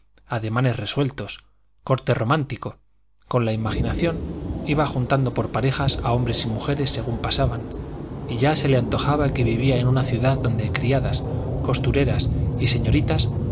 ademanes resueltos corte romántico con la imaginación iba juntando por parejas a hombres y mujeres según pasaban y ya se le antojaba que vivía en una ciudad donde criadas costureras y señoritas